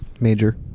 Major